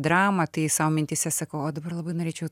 dramą tai sau mintyse sakau o dabar labai norėčiau